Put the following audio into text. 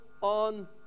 on